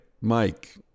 Mike